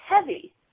heavy